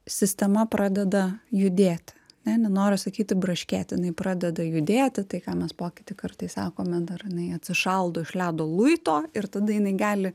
sistema pradeda judėti ne nenoriu sakyti braškėti jinai pradeda judėti tai ką mes pokytį kartais sakome dar jinai atsišaldo iš ledo luito ir tada jinai gali